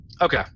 Okay